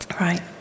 Right